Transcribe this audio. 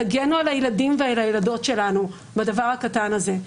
תגנו על הילדים והילדות שלנו בדבר הקטן הזה,